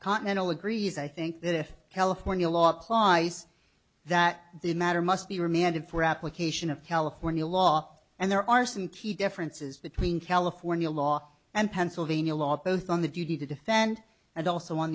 continental agrees i think that if california law applies that the matter must be remanded for application of california law and there are some key differences between california law and pennsylvania law both on the duty to defend and also on